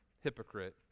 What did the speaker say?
hypocrite